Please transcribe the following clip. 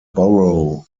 borough